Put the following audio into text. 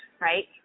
right